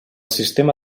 sistema